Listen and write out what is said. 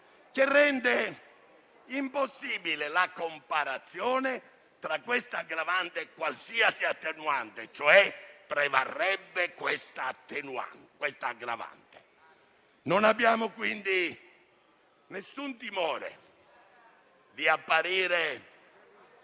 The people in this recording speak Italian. a rendere impossibile la comparazione tra questa aggravante e qualsiasi attenuante (prevarrebbe quindi questa aggravante). Non abbiamo alcun timore di apparire